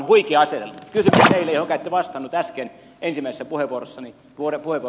kysymys teille johonka ette vastannut äsken ensimmäisessä puheenvuorossanne